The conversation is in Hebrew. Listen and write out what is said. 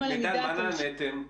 מה נעניתם?